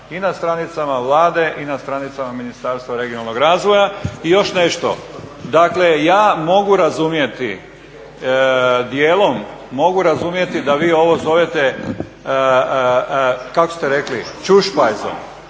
i na stranicama Vlade i na stranicama Ministarstva regionalnog razvoja. I još nešto, dakle ja mogu razumjeti, dijelom mogu razumjeti da vi ovo zovete kako ste rekli ćušpajz.